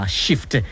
shift